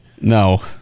No